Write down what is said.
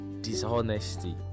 dishonesty